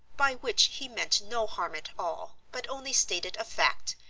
by which he meant no harm at all, but only stated a fact,